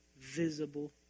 visible